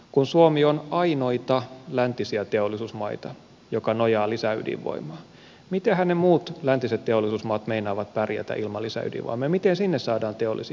kun suomi on ainoita läntisiä teollisuusmaita joka nojaa lisäydinvoimaan mitenhän ne muut läntiset teollisuusmaat meinaavat pärjätä ilman lisäydinvoimaa ja miten sinne saadaan teollisia investointeja